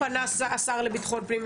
פנה השר לביטחון פנים,